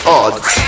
odds